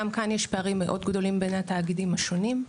גם גאן יש פערים מאוד גדולים בין התאגידים השונים,